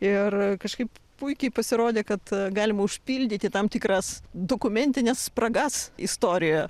ir kažkaip puikiai pasirodė kad galima užpildyti tam tikras dokumentines spragas istorijoje